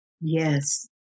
Yes